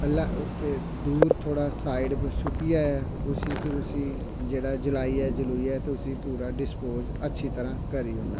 दुर थोह्ड़ा साईड पर सुट्टियै उसी फिर जलाइयै पूरी डिसपोज़ अच्छी तरां करी ओड़ना